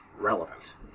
relevant